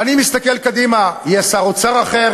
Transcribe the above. ואני מסתכל קדימה: יהיה שר אוצר אחר,